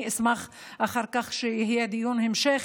אני אשמח שיהיה דיון המשך,